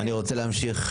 אני רוצה להמשיך.